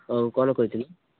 ଆଉ କ'ଣ କହିଥିଲି